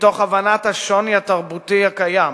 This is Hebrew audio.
ומתוך הבנת השוני התרבותי הקיים,